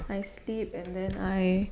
I sleep and then I